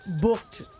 booked